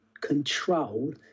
control